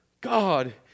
God